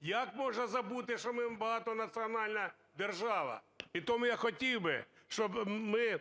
Як можна забути, що ми багатонаціональна держава? І тому я хотів би, щоб ми